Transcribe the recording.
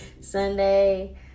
Sunday